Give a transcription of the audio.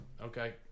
Okay